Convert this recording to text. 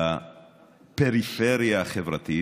בפריפריה החברתית,